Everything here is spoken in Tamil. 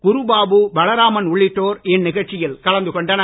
குருபாபு பலராமன் உள்ளிட்டோர் இந்நிகழ்ச்சியில் கலந்து கொண்டனர்